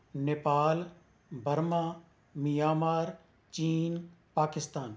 Nepal Burma Myanmar China Pakistan